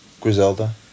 Griselda